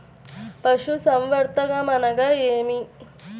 పశుసంవర్ధకం అనగా ఏమి?